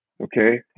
Okay